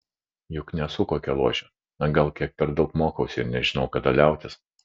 juk nesu kokia luošė na gal kiek per daug mokausi ir nežinau kada liautis